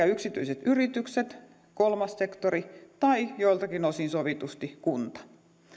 yksityiset yritykset kolmas sektori tai joiltakin osin sovitusti kunta